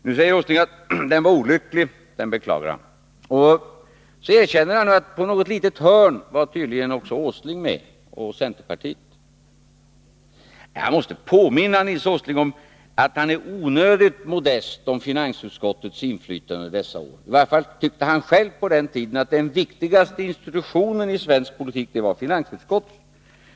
Nu säger Nils Åsling att den politiken var olycklig och att han beklagar den. Och så erkänner han att Nils Åsling och centerpartiet tydligen var med på något litet hörn. Jag måste då påminna Nils Åsling om att han är onödigt modest beträffande finansutskottets inflytande under dessa år. I varje fall tyckte Nils Åsling själv på den tiden att viktigaste institutionen i den svenska politiken var finansutskottet.